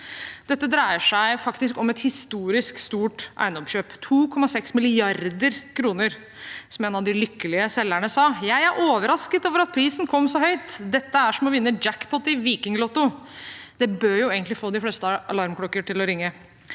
Dette dreier seg faktisk om et historisk stort eiendomskjøp til 2,6 mrd. kr. Som en av de lykkelige selgerne sa: «Jeg er overrasket over at prisen kom så høyt. Dette er som å vinne jackpot i Vikinglotto.» Det bør egentlig få de fleste alarmklokker til å ringe.